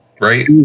right